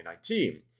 2019